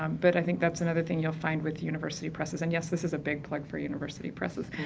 um but i think that's another thing you'll find with university presses, and yes this is a big plug for university presses, ah,